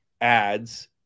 ads